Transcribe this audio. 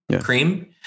cream